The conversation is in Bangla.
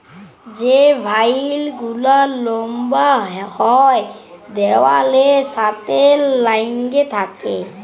যে ভাইল গুলা লম্বা হ্যয় দিয়ালের সাথে ল্যাইগে থ্যাকে